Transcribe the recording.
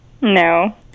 No